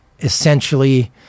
essentially